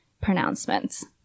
pronouncements